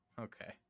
okay